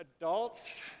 adults